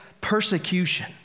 persecution